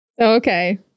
okay